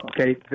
Okay